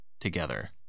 together